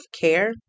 care